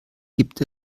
gibt